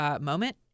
moment